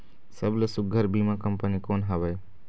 सबले सुघ्घर बीमा कंपनी कोन हवे?